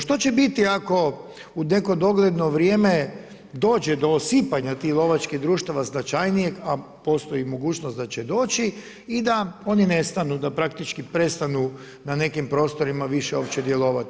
Što će biti ako u neko dogledno vrijeme dođe do osipanja tih lovačkih društava značajnijeg a postoji mogućnost da će doći i da oni nestanu, da praktički prestanu na nekim prostorima više uopće djelovati?